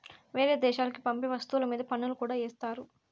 వేరే దేశాలకి పంపే వస్తువుల మీద పన్నులు కూడా ఏత్తారు